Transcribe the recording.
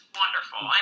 wonderful